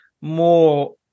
more